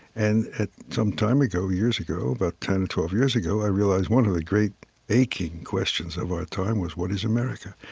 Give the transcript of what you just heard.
and some time ago, years ago, about ten or twelve years ago, i realized one of the great aching questions of our time was what is america?